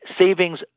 savings